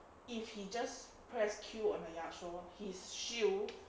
if he just press kill on the yasuo his shield